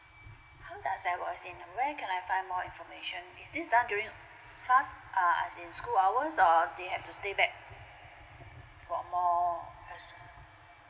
how does there was in where can I find more information is this done during class ah as in school hours or they have to stay back for more